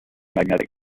magnetic